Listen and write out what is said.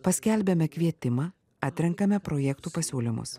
paskelbiame kvietimą atrenkame projektų pasiūlymus